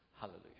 Hallelujah